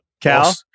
Cal